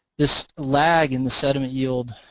this lag in the sediment yield